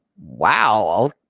Wow